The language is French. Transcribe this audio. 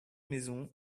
maisons